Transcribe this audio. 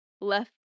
left